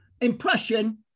impression